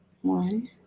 one